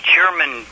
German